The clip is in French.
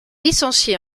licencié